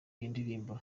nindirimbo